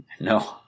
No